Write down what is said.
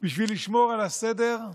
בשביל לשמור על הסדר.